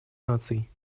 наций